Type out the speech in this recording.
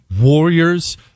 warriors